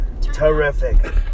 Terrific